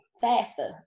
faster